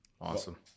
Awesome